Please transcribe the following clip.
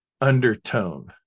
undertone